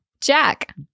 Jack